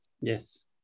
Yes